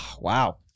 Wow